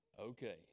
Okay